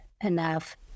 enough